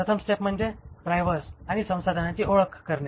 प्रथम स्टेप म्हणजे ड्रायव्हर्स आणि संसाधनांची ओळख करणे